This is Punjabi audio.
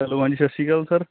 ਹੈਲੋ ਹਾਂਜੀ ਸਤਿ ਸ਼੍ਰੀ ਅਕਾਲ ਸਰ